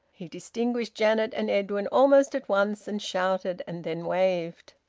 he distinguished janet and edwin almost at once, and shouted, and then waved.